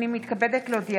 בטבת התשפ"א (21 בדצמבר 2020)